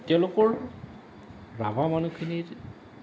তেওঁলোকৰ ৰাভা মানুহখিনিৰ